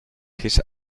his